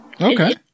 okay